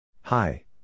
Hi